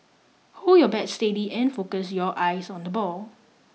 hold your bat steady and focus your eyes on the ball